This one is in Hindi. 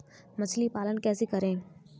मछली पालन कैसे करें?